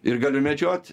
ir galiu medžiot